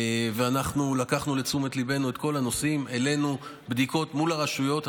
ואנחנו לקחנו לתשומת ליבנו את כל הנושאים אלינו לבדיקות מול הרשויות.